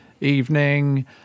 evening